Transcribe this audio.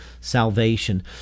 salvation